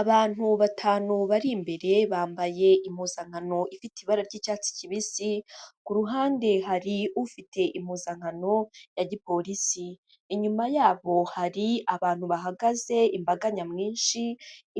Abantu batanu bari imbere bambaye impuzankano ifite ibara ry'icyatsi kibisi, ku ruhande hari ufite impuzankano ya gipolisi, inyuma yabo hari abantu bahagaze, imbaga nyamwinshi